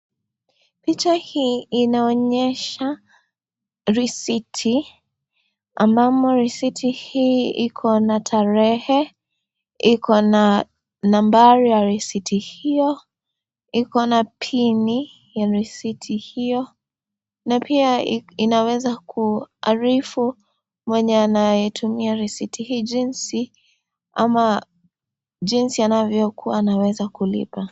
Picha hii inaonyesha risiti, ambamo risiti hii Iko na tarehe, Iko na nambari ya risiti hio, Iko na pini ya risiti hio na pia inaweza kuarifu mwenye anayetumia risiti hii jinsi, ama jinsi anavyokuwa anaweza kulipa.